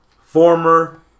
former